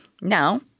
Now